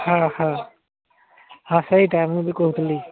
ହଁ ହଁ ହଁ ସେଇଟା ମୁଁ ବି କହୁଥିଲି